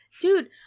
Dude